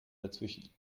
dazwischen